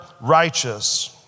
righteous